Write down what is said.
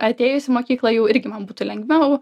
atėjus į mokyklą jau irgi man būtų lengviau